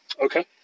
Okay